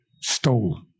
stole